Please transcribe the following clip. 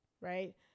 Right